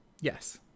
Yes